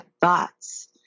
thoughts